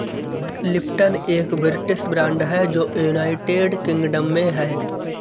Lipton एक British brand है जो यूनाइटेड किंगडम में है